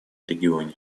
регионе